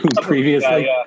previously